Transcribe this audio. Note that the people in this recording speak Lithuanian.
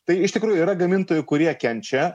tai iš tikrųjų yra gamintojų kurie kenčia